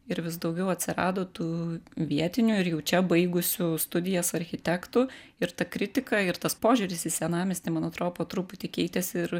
ir vis daugiau atsirado tų vietinių ir jau čia baigusių studijas architektų ir ta kritika ir tas požiūris į senamiestį man atrodo po truputį keitėsi ir